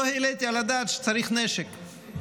לא העליתי על הדעת שצריך נשק.